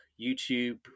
YouTube